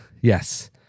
yes